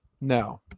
No